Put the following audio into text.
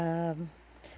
um